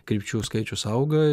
krypčių skaičius auga